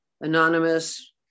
anonymous